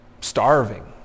starving